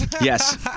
Yes